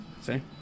See